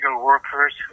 workers